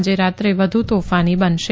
આજે રાત્રે વધુ તોફાની બનશે